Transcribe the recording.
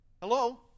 Hello